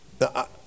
Now